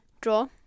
draw